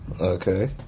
Okay